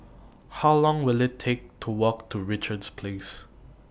How Long Will IT Take to Walk to Richards Place